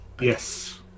Yes